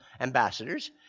ambassadors